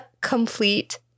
complete